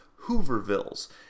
Hoovervilles